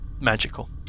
magical